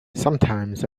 sometines